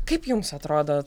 kaip jums atrodo